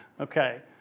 Okay